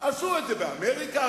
עשו את זה באמריקה.